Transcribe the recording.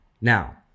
Now